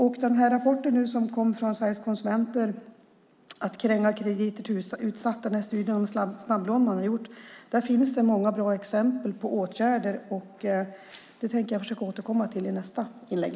I den rapport som nu kom från Sveriges Konsumenter, Att kränga krediter till utsatta - en studie om snabblån , finns det många bra exempel på åtgärder. Det tänker jag försöka återkomma till i nästa inlägg.